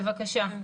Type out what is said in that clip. בבקשה.